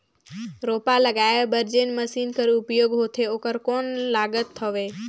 रोपा लगाय बर जोन मशीन कर उपयोग होथे ओकर कौन लागत हवय?